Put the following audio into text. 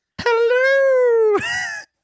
Hello